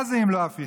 מה זה אם לא הפיכה?